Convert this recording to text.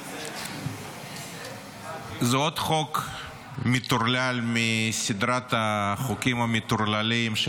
זה עוד חוק מטורלל מסדרת החוקים המטורללים של